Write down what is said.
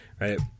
Right